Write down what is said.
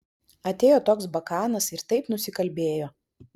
atėjo toks bakanas ir taip nusikalbėjo